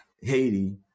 Haiti